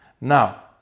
Now